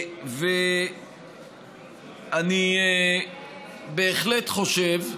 ואני בהחלט חושב,